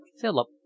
Philip